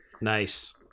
Nice